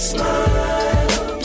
Smile